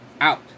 out